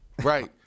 Right